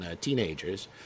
teenagers